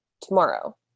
tomorrow